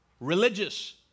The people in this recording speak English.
religious